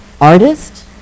artist